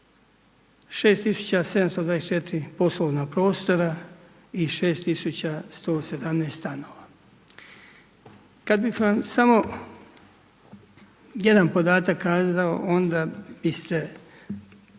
6724 poslovna prostora, 6117 stanova. Kad bih vam samo jedan podatak kazao, onda biste lakše